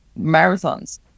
marathons